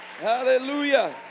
Hallelujah